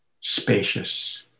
spacious